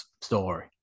story